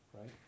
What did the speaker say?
Right